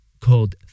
called